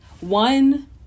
one